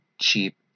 cheap